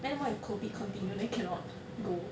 then what if COVID continue then cannot go